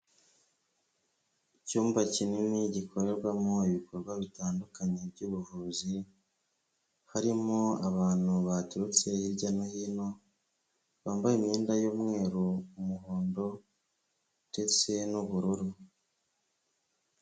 Icyumba kinini, gikorerwamo ibikorwa bitandukanye by'ubuvuzi, harimo abantu baturutse hirya no hino, bambaye imyenda y'umweru, umuhondo ndetse n'ubururu.